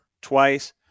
twice